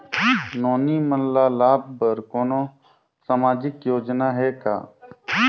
नोनी मन ल लाभ बर कोनो सामाजिक योजना हे का?